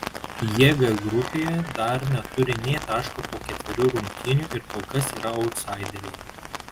jie g grupėje dar neturi nė taško po ketverių rungtynių ir kol kas yra autsaideriai